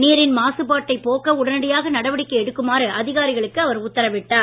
நீரின் மாசுபாட்டைப் போக்க உடனடியாக நடவடிக்கை எடுக்குமாறு அதிகாரிகளுக்கு அவர் உத்தரவிட்டார்